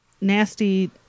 nasty